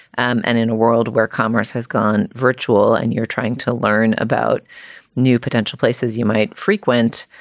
um and in a world where commerce has gone virtual and you're trying to learn about new potential places, you might frequent.